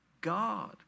god